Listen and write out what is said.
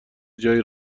جایی